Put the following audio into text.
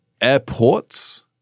airports